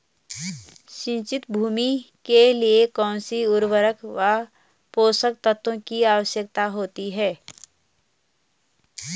सिंचित भूमि के लिए कौन सी उर्वरक व पोषक तत्वों की आवश्यकता होती है?